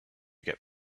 get